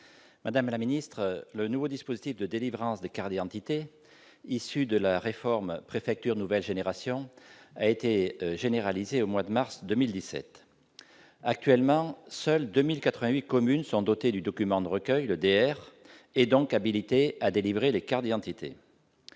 Madame la ministre, le nouveau dispositif de délivrance des cartes d'identité, issu de la réforme Préfectures nouvelle génération, a été généralisé au mois de mars 2017. Actuellement, seules 2 088 communes sont dotées du dispositif de recueil- le DR -et donc habilitées à délivrer les cartes d'identité.